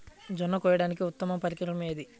జొన్న కోయడానికి ఉత్తమ పరికరం ఏది?